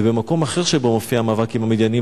ובמקום אחר שבו מופיע המאבק עם המדיינים,